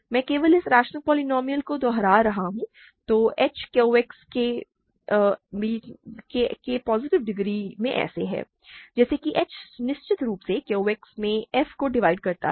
मैं केवल इस रैशनल पोलीनोमिअल को दोहरा रहा हूं तो h QX के पॉजिटिव डिग्री में ऐसे है जैसे कि h निश्चित रूप से QX में f को डिवाइड करता है